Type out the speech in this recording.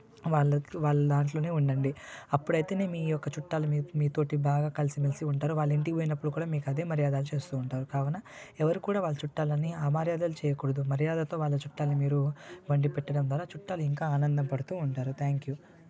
వాళ్ళకు వాళ్ళ దాంట్లోనే వండండి అప్పుడైతేనే మీ యొక్క చుట్టాలు అనేది మీతోటి బాగా కలిసిమెలిసి ఉంటారు వాళ్ళ ఇంటికి పోయినప్పుడు కూడా మీకు అదే మర్యాదలు చేస్తుంటారు కావున ఎవరు కూడా వాళ్ళ చుట్టాలని అమర్యాదలు చేయకూడదు మర్యాదతో వాళ్ళ చుట్టాలని మీరు వండి పెట్టడం ద్వారా చుట్టాలు ఇంకా ఆనందం పడుతు ఉంటారు థ్యాంక్ యూ